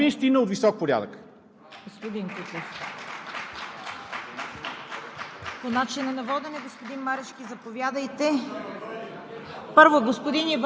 човек, който е станал за смях на целия народ, да ми дава на мен морални оценки, това е свинщина от висок порядък!